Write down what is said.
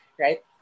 right